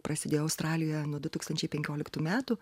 prasidėjo australijoje nuo du tūkstančiai penkioliktų metų